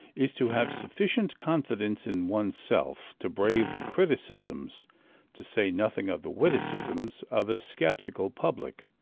is to have sufficient confidence in one's self to brave the criticisms to say nothing of the witticisms of a sceptical public.